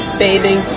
bathing